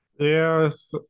Yes